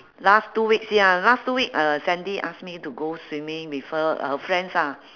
last two weeks ya last two week uh sandy ask me to go swimming with her her friends ah